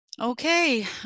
okay